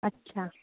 अच्छा